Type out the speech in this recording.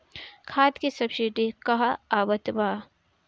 खाद के सबसिडी क हा आवत बा?